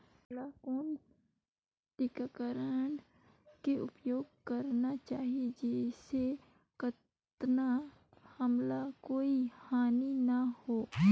हमला कौन किटनाशक के उपयोग करन चाही जिसे कतना हमला कोई हानि न हो?